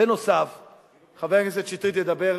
נוסף על כך, חבר הכנסת שטרית ידבר,